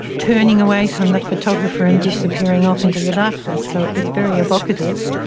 turning away from the photographer and disappearing off into the darkness so it's very evocative.